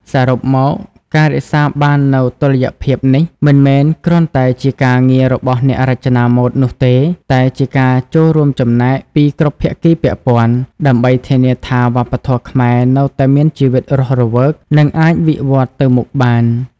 សរុបមក ការរក្សាបាននូវតុល្យភាពនេះ មិនមែនគ្រាន់តែជាការងាររបស់អ្នករចនាម៉ូដនោះទេ តែជាការចូលរួមចំណែកពីគ្រប់ភាគីពាក់ព័ន្ធដើម្បីធានាថាវប្បធម៌ខ្មែរនៅតែមានជីវិតរស់រវើក និងអាចវិវត្តទៅមុខបាន។